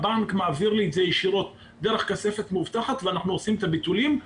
הבנק מעביר לי את זה ישירות דרך כספת מאובטחת ואנחנו עושים את הביטולים.